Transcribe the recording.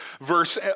verse